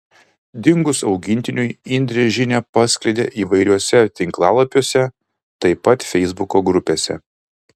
dingus augintiniui indrė žinią paskleidė įvairiuose tinklapiuose taip pat feisbuko grupėse